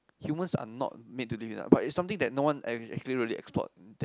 humans are not made to live in the dark but it's something that no one ac~ actually explored that